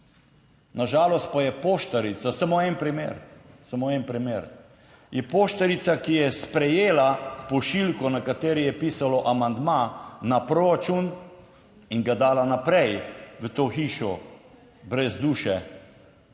Na žalost pa je poštarica, samo en primer, samo en primer je poštarica, ki je sprejela pošiljko na kateri je pisalo amandma na proračun in ga dala naprej v to hišo brez duše.